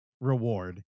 reward